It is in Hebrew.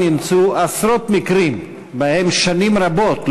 נמצאו עשרות מקרים שבהם שנים רבות,